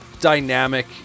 dynamic